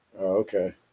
okay